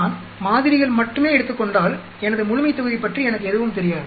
நான் மாதிரிகள் மட்டுமே எடுத்துக்கொண்டால் எனது முழுமைத்தொகுதி பற்றி எனக்கு எதுவும் தெரியாது